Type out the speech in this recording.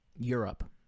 europe